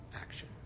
action